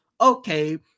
okay